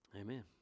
Amen